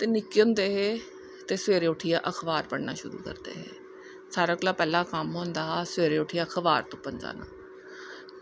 ते निक्के होंदे अखबार पढ़नां शुरु करदे हे सारें कोला दा पैह्ला कम्म होंदा हा अखबार पज़ाना